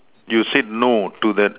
you said no to that